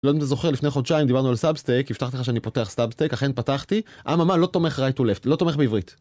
לא יודע אם אתה זוכר, לפני חודשיים דיברנו על סאבסטייק, הבטחתי לך שאני פותח סאבסטייק, אכן פתחתי, אממה לא תומך רייט טו לפט, לא תומך בעברית.